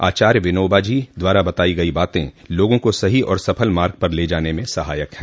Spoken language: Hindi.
आचार्य विनोबा जी द्वारा बताई गई बातें लोगों को सही और सफल मार्ग पर ले जाने में सहायक हैं